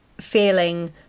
feeling